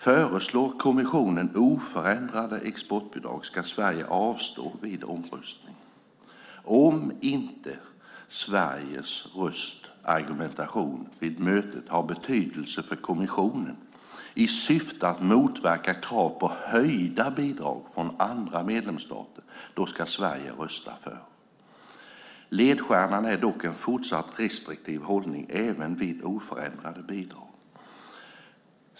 Föreslår kommissionen oförändrade exportbidrag ska Sverige avstå vid omröstning. Om inte Sveriges röst eller argumentation vid mötet har betydelse för kommissionen i syfte att motverka krav på höjda bidrag från andra medlemsstater ska Sverige rösta för. Ledstjärnan är dock en fortsatt restriktiv hållning även vid oförändrade bidrag.